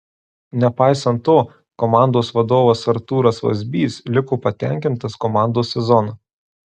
nepaisant to komandos vadovas artūras vazbys liko patenkintas komandos sezonu